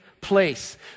place